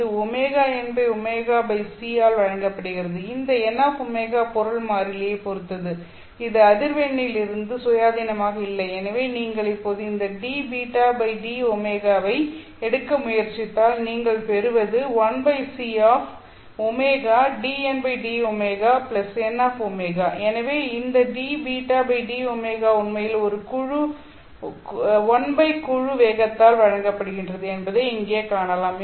இது ωnωc ஆல் வழங்கப்படுகிறது இந்த nω பொருள் மாறிலியைப் பொறுத்தது இது அதிர்வெண்ணிலிருந்து சுயாதீனமாக இல்லை எனவே நீங்கள் இப்போது இந்த dβdω ஐ எடுக்க முயற்சித்தால் நீங்கள் பெறுவது எனவே இந்த dβdω உண்மையில் 1குழு வேகத்தால் வழங்கப்படுகிறது என்பதை இங்கே காணலாம்